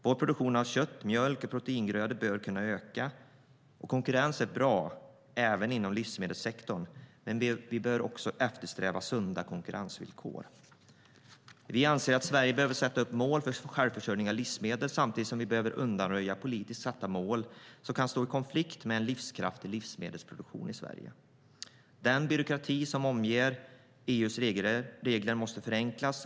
Vår produktion av kött, mjölk och proteingrödor bör kunna öka. Konkurrens är bra, även inom livsmedelssektorn. Men vi bör eftersträva sunda konkurrensvillkor. Vi anser att Sverige behöver sätta upp mål för självförsörjning av livsmedel samtidigt som vi behöver undanröja politiskt satta mål som kan stå i konflikt med en livskraftig livsmedelsproduktion i Sverige. Den byråkrati som omger EU:s regler måste minskas.